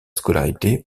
scolarité